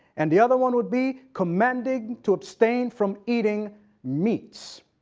and the other one would be commanding to abstain from eating meats.